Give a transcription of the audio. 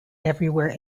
everywhere